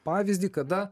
pavyzdį kada